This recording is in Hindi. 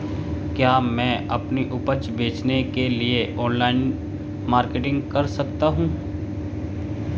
क्या मैं अपनी उपज बेचने के लिए ऑनलाइन मार्केटिंग कर सकता हूँ?